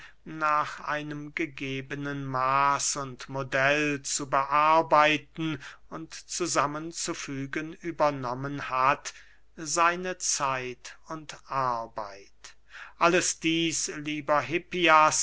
nach einem gegebenen maß und modell zu bearbeiten und zusammen zu fügen übernommen hat seine zeit und arbeit alles dieß lieber hippias